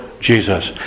Jesus